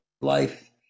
life